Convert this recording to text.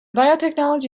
biotechnology